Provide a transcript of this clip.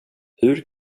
hur